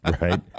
right